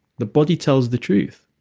the body tells the truth.